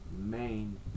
main